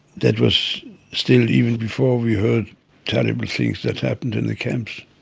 that was still even before we heard terrible things that happened in the camps.